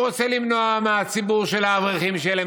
הוא רוצה למנוע מהציבור של האברכים שתהיה להם